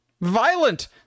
violent